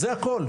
זה הכל.